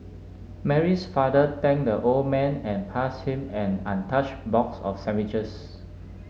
Mary's father thanked the old man and pass him an untouched box of sandwiches